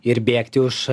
ir bėgti už